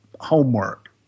homework